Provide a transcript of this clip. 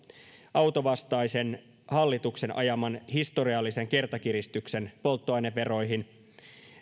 autovastaisen hallituksen ajaman historiallisen kertakiristyksen polttoaineveroihin